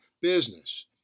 business